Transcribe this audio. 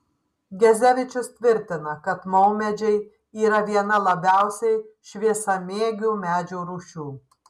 gezevičius tvirtina kad maumedžiai yra viena labiausiai šviesamėgių medžių rūšių